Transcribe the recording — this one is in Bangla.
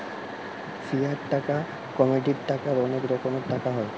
ফিয়াট টাকা, কমোডিটি টাকার অনেক রকমের টাকা হয়